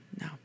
no